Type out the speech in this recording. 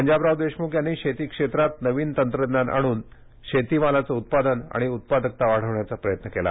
पंजाबराव देशमुख यांनी शेती क्षेत्रात नवीन तंत्रज्ञान आणून त्यांनी शेतीमालाचे उत्पादन आणि उत्पादकता वाढवण्याचा प्रयत्न केला